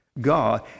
God